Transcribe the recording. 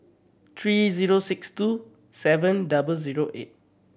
three zero six two seven double zero eight